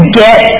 get